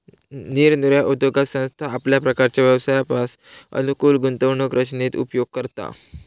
निरनिराळ्या उद्योगात संस्था आपल्या प्रकारच्या व्यवसायास अनुकूल गुंतवणूक रचनेचो उपयोग करता